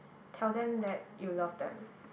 tell them that you love them